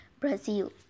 Brazil